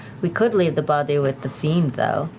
we could leave the body with the fiend, though.